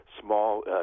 small